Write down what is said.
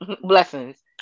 blessings